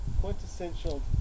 quintessential